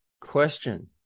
question